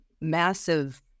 massive